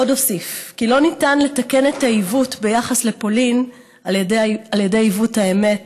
עוד הוסיף כי לא ניתן לתקן את העיוות ביחס לפולין על ידי עיוות האמת